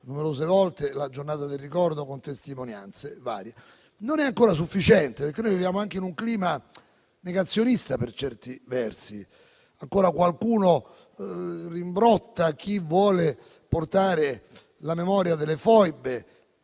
numerose volte il Giorno del ricordo con testimonianze varie. Non è ancora sufficiente, perché viviamo in un clima negazionista per certi versi. Ancora qualcuno rimbrotta chi vuole portare la memoria delle foibe